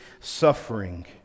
suffering